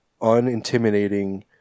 unintimidating